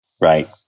right